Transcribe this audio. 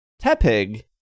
Tepig